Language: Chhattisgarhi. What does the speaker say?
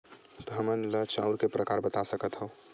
हमन ला चांउर के प्रकार बता सकत हव?